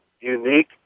unique